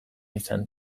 izan